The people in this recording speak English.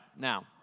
now